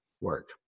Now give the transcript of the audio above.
work